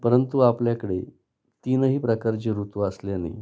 परंतु आपल्याकडे तीनही प्रकारचे ऋतू असल्याने